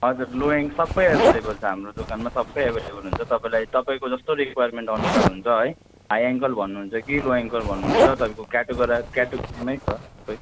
हजुर लोएङ सबै एभाइलेबल छ हाम्रो दोकानमा सबै एभाइलेबल हुन्छ तपाईँलाई तपाईँको जस्तो रिक्वायरमेन्ट अनुसार हुन्छ है हाई एङ्कल भन्नुहुन्छ कि लो एङ्कल भन्नुहुन्छ तपाईँको क्याटोगोर क्याटोगोरीमै छ सबै